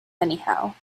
anyhow